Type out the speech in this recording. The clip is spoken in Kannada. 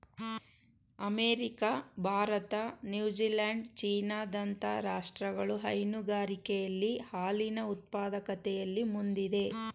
ಅಮೆರಿಕ, ಭಾರತ, ನ್ಯೂಜಿಲ್ಯಾಂಡ್, ಚೀನಾ ದಂತ ರಾಷ್ಟ್ರಗಳು ಹೈನುಗಾರಿಕೆಯಲ್ಲಿ ಹಾಲಿನ ಉತ್ಪಾದಕತೆಯಲ್ಲಿ ಮುಂದಿದೆ